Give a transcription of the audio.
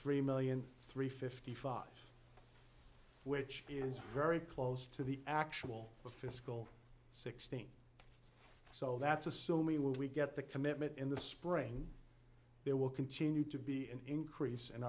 three million three fifty five which is very close to the actual with fiscal sixteen so that's assuming we get the commitment in the spring there will continue to be an increase in